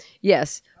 Yes